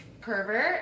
Pervert